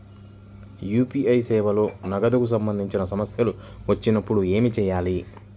UPI సేవలలో నగదుకు సంబంధించిన సమస్యలు వచ్చినప్పుడు ఏమి చేయాలి?